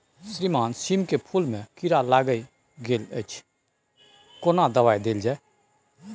श्रीमान सीम के फूल में कीरा लाईग गेल अछि केना दवाई देल जाय?